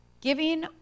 Giving